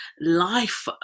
life